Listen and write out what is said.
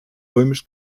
römisch